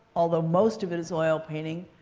although most of it is oil painting.